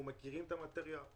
אנחנו מכירים את המטריה,